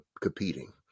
competing